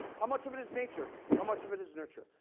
how much of it is nature? how much of it is nurture?